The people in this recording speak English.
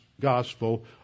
gospel